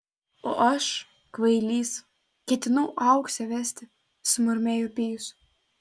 o aš kvailys ketinau auksę vesti sumurmėjo pijus